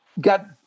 got